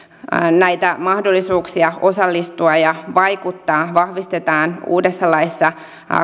näitä mahdollisuuksia osallistua ja vaikuttaa vahvistetaan uudessa laissa